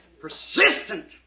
Persistent